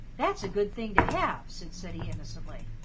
that's a good thing to have, said ceddie innocently.